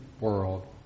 world